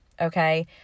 Okay